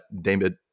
david